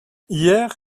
hier